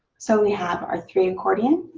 so we have our three accordion.